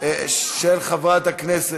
של חברת הכנסת,